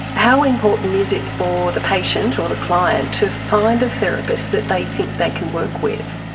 how important is it for the patient or the client to find a therapist that they think they can work with?